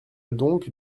donc